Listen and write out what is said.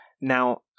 Now